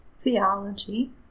theology